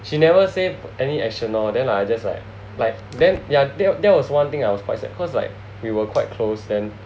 she never say any action lor then I just like like then ya that that was one thing I was quite sad cause like we were quite close then